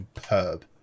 superb